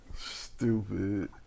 Stupid